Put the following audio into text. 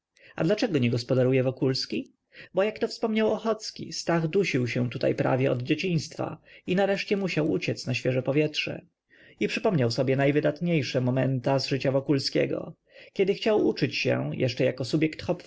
a dlaczego nie gospodaruje wokulski bo jak to wspomniał ochocki stach dusił się tutaj prawie od dzieciństwa i nareszcie musiał uciec na świeże powietrze i przypominał sobie najwydatniejsze momenta z życia wokulskiego kiedy chciał uczyć się jeszcze jako